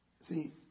See